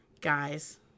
Guys